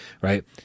right